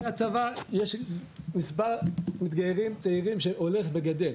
לגבי הצבא, יש מספר מתגיירים צעירים שהולך וגדל.